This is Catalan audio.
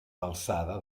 alçada